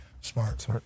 Smart